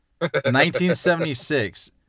1976